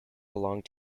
belong